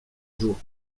jour